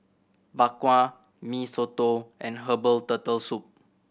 Bak Kwa Mee Soto and herbal Turtle Soup